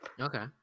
okay